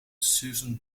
susan